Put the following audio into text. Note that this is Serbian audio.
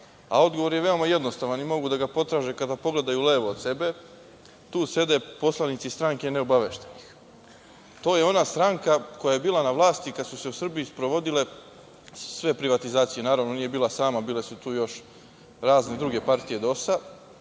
je veoma jednostavan i mogu da ga potraže kada pogledaju levo od sebe. Tu sede poslanici stranke neobaveštenih. To je ona stranka koja je bila na vlasti kada su se u Srbiji sprovodile sve privatizacije, naravno, nije bila sama, bile su tu još razne druge partije DOS-a.